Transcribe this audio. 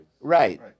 Right